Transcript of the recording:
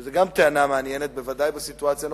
זו גם טענה מעניינת, בוודאי בסיטואציה הנוכחית,